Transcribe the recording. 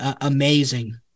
Amazing